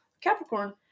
Capricorn